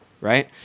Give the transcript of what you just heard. right